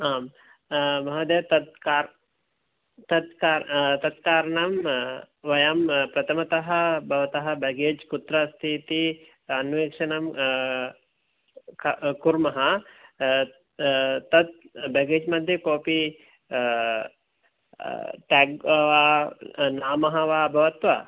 आं महोदय तत् कार् तत् कारणं वयं प्रथमतः भवतः बेग्गेज् कुत्र अस्ति इति अन्वेषणम् कर् कुर्मः तद् बेग्गेज् मध्ये कोऽपि टेग् वा नाम वा अभवत् वा